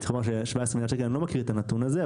צריך לומר שאני לא מכיר את הנתון של 17 מיליון ₪,